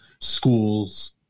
schools